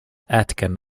atkin